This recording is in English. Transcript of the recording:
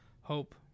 Hope